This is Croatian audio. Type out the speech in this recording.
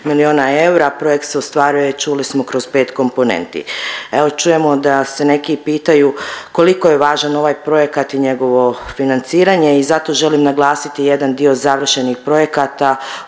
milijuna eura. Projekt se ostvaruje, čuli smo kroz 5 komponenti. Evo čujemo da se neki pitaju koliko je važan ovaj projekat i njegovo financiranje i zato želim naglasiti jedan dio završenih projekata